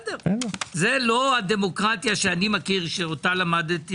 זאת לא הדמוקרטיה שאני מכיר, שאותה למדתי.